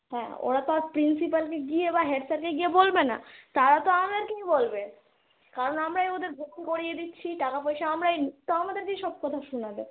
হ্যাঁ ওরা তো আর প্রিন্সিপালকে গিয়ে বা হেড স্যারকে গিয়ে বলবে না তারা তো আমাদেরকেই বলবে কারণ আমরাই ওদের ভর্তি করিয়ে দিচ্ছি টাকা পয়সা আমরাই নিচ্ছি তো আমাদেরকেই সব কথা শুনাবে